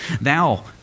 Thou